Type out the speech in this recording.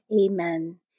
Amen